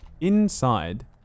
Inside